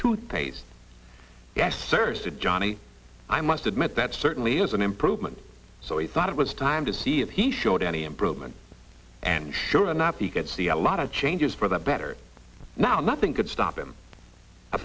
toothpaste yes sir said johnny i must admit that certainly is an improvement so he thought it was time to see if he showed any improvement and sure enough he could see a lot of changes for the better now nothing could stop him i